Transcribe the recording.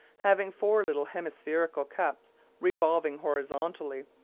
having four little hemispherical cups revolving horizontally,